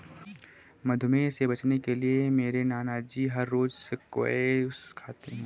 मधुमेह से बचने के लिए मेरे नानाजी हर रोज स्क्वैश खाते हैं